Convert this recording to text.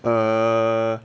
err